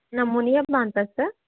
ನಾನು ಮುನಿಯಮ್ಮ ಅಂತ ಸರ್